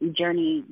journey